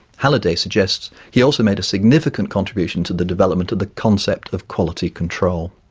halliday suggests he also made a significant contribution to the development of the concept of quality control.